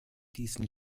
diesen